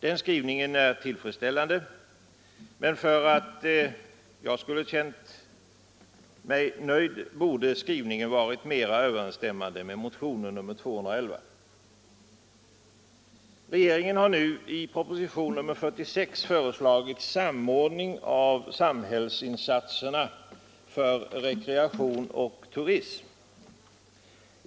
Den skrivningen är tillfredsställande, men för att jag skulle ha känt mig nöjd borde den bättre ha överensstämt med motionen 211. Regeringen har nu i proposition nr 46 föreslagit samordning av samhällsinsatserna för rekreation och turism.